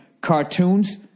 cartoons